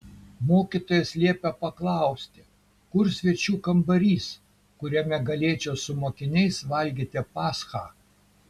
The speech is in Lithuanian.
mokytojas liepė paklausti kur svečių kambarys kuriame galėčiau su mokiniais valgyti paschą